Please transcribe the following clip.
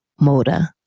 Moda